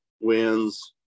wins